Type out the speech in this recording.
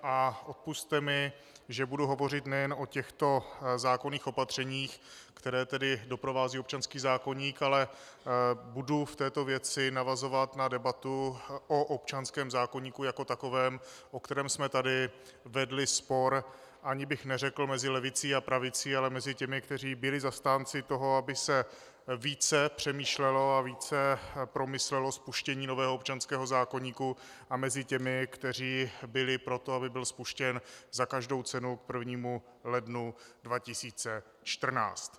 A odpusťte mi, že budu hovořit nejen o těchto zákonných opatřeních, která doprovázejí občanský zákoník, ale budu v této věci navazovat na debatu o občanském zákoníku jako takovém, o kterém jsme tady vedli spor ani bych neřekl mezi levicí a pravicí, ale mezi těmi, kteří byli zastánci toho, aby se více přemýšlelo a více promyslelo spuštění nového občanského zákoníku, a těmi, kteří byli pro to, aby byl spuštěn za každou cenu k 1. lednu 2014.